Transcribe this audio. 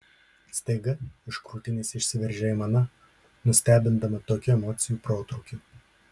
staiga iš krūtinės išsiveržė aimana nustebindama tokiu emocijų protrūkiu